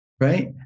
right